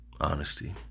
honesty